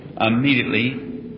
Immediately